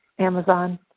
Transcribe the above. Amazon